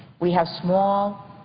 we have small,